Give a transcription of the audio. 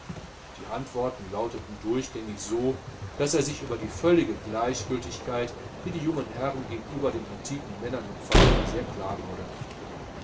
die antworten lauteten durchgängig so daß er sich über die völlige gleichgültigkeit die die jungen herren gegenüber den antiken männern empfanden sehr klar wurde